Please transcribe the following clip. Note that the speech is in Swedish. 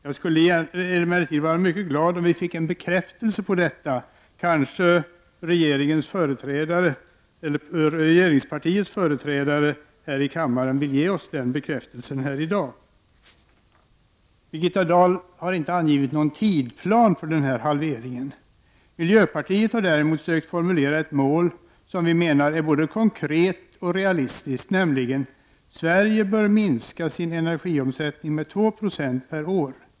Jag skulle emellertid vara glad om vi fick en bekräftelse på detta. Kanske regeringspartiets företrädare här i kammaren kan ge oss denna bekräftelse i dag. Birgitta Dahl har inte angivit någon tidplan för att nå halveringen. Miljöpartiet har däremot sökt formulera ett mål som vi menar är både konkret och realistiskt, nämligen: Sverige bör minska sin energiomsättning med 2 Zo per år.